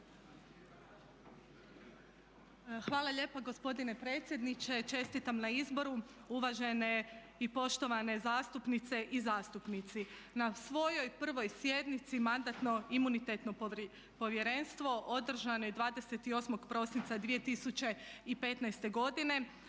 Hvala lijepo gospodine predsjedniče, čestitam na izboru, uvažene i poštovane zastupnice i zastupnici. Na svojoj prvoj sjednici Mandatno-imunitetno povjerenstvo održanoj 28. prosinca 2015. godine